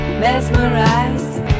mesmerized